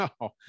no